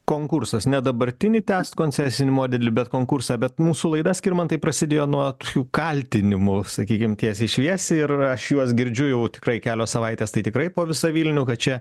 konkursas ne dabartinį tęst koncesinį modelį bet konkursą bet mūsų laida skirmantai prasidėjo nuo tokių kaltinimų sakykim tiesiai šviesiai ir aš juos girdžiu jau tikrai kelios savaitės tai tikrai po visą vilnių kad čia